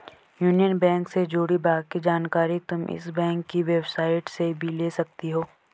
union bank से जुड़ी बाकी जानकारी तुम इस बैंक की वेबसाईट से भी ले सकती हो